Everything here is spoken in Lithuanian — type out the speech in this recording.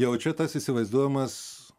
jau čia tas įsivaizduojamas